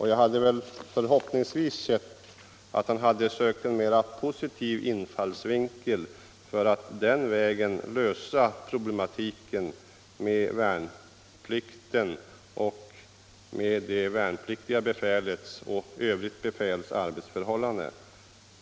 Jag hade hoppats att han skulle söka en mera positiv infallsvinkel när det gällde problematiken med det värnpliktiga befälets och övrigt befäls arbetsförhållanden.